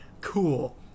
Cool